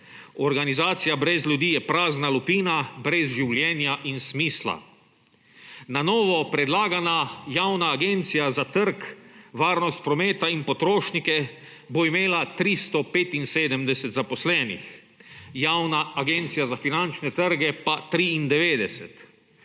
Organizacija brez ljudi je prazna lupina brez življenja in smisla. Na novo predlagana Javna agencija za trg, varnost prometa in potrošnike bo imela 375 zaposlenih, Javna agencija za finančne trge pa 93.